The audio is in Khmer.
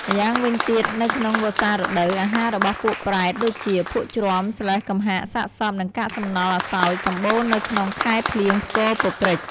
ម្យ៉ាងវិញទៀតនៅក្នុងវស្សានរដូវ អាហាររបស់ពួកប្រេត ដូចជាភក់ជ្រាំ ស្លេស្ម៍ កំហាក សាកសព និងកាកសំណល់អសោចិ៍ សម្បូរនៅក្នុងខែភ្លៀងផ្គរពព្រិច។